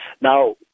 now